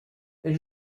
elle